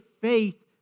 faith